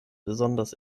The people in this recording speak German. besonders